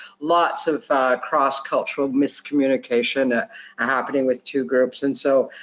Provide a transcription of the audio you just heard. lots of cross-cultural miscommunication are happening with two groups. and so,